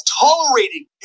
tolerating